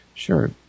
Sure